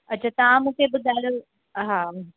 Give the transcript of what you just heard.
अच्छा तव्हां मूंखे ॿुधायो हा